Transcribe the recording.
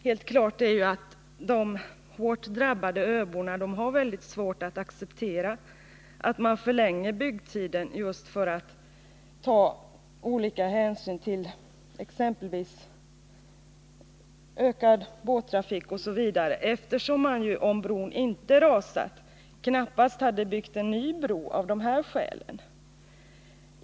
Helt klart är emellertid att de hårt drabbade öborna har väldigt svårt att acceptera att man förlänger byggtiden för att ta hänsyn till ökad båttrafik m.m., eftersom man om bron inte hade rasat knappast hade byggt en ny bro av de skälen.